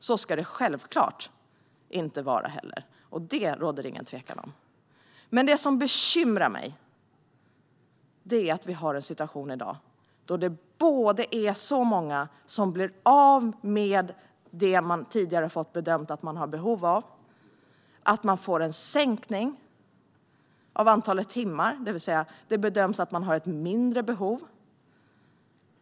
Så ska det självklart inte heller vara. Och det råder det ingen tvekan om. Det bekymrar mig att vi i dag har en situation där många blir av med det stöd som man tidigare fått bedömt att man har behov av. Man får en sänkning av antalet timmar och bedöms alltså ha ett mindre behov.